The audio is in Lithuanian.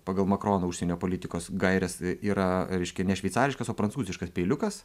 pagal makrono užsienio politikos gaires yra reiškia ne šveicariškas o prancūziškas peiliukas